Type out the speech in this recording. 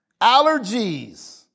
Allergies